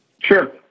Sure